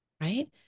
right